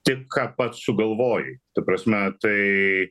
tik ką pats sugalvojai ta prasme tai